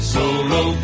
Solo